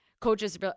coaches